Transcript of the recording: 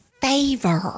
favor